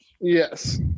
Yes